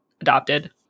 adopted